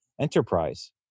enterprise